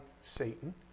Satan